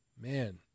Man